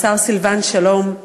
לשר סילבן שלום,